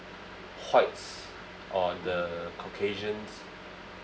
whites or the caucasians